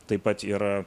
taip pat yra